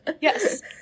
Yes